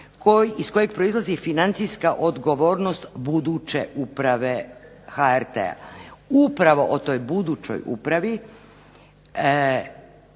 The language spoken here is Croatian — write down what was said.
iz kojeg proizlazi financijska odgovornost buduće uprave HRT-a. Upravo o toj budućoj upravi